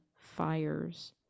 fires